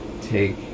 take